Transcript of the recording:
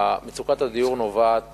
מצוקת הדיור נובעת